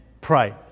pray